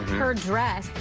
her dress,